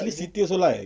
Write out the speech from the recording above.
actually siti also like